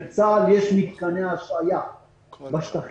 לצה"ל יש שני מתקני השהייה בשטחים,